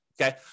okay